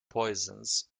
poisons